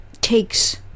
takes